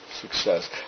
success